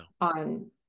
on